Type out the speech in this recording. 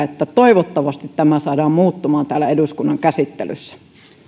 toivottavasti tämä saadaan muuttumaan täällä eduskunnan käsittelyssä